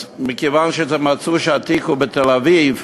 מכיוון שמצאו שהתיק בתל-אביב,